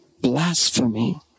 blasphemy